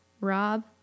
Rob